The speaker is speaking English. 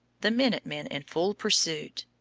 the minute-men in full pursuit.